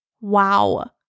Wow